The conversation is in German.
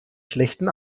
schlechten